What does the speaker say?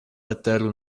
eteru